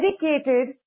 dedicated